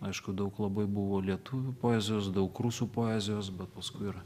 aišku daug labai buvo lietuvių poezijos daug rusų poezijos bet paskui ir